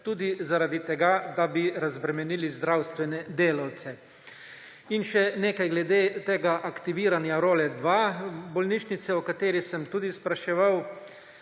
zaščite, da bi razbremenili zdravstvene delavce? In še nekaj glede tega aktiviranja bolnišnice Role 2, o kateri sem tudi spraševal.